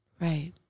Right